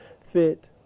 fit